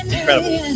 Incredible